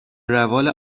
روال